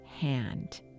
hand